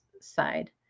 side